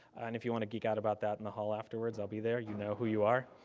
and if you want to geek out about that in the hall afterwards, i'll be there. you know who you are.